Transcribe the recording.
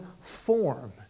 form